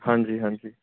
ਹਾਂਜੀ ਹਾਂਜੀ